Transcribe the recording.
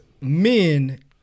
men